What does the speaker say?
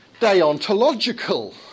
deontological